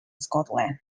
scotland